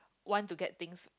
want to get things